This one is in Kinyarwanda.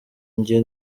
njye